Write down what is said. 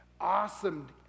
awesome